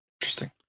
Interesting